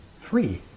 free